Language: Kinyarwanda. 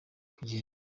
kugenda